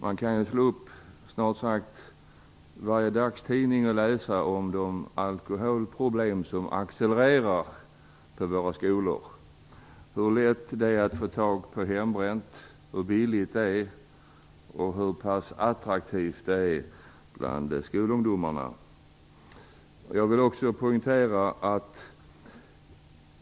Man kan slå upp snart sagt vilken dagstidning som helst och läsa om alkoholproblemen som accelererar på våra skolor: hur lätt det är att få tag på hembränt, hur billigt det är och hur attraktivt det är bland skolungdomarna.